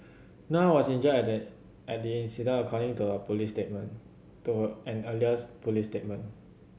no one was injured at the at the incident according to a police statement to a earliest police statement